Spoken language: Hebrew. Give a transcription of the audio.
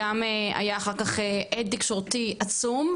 גם היה אחר כך היה הד תקשורתי עצום,